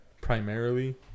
primarily